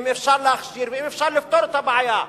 אם אפשר להכשיר ואם אפשר לפתור את הבעיה?